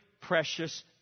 precious